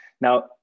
Now